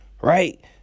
right